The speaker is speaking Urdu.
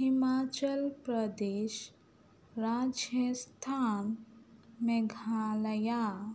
ہماچل پردیش راجستھان میگھالیہ